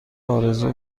آرزو